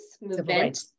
movement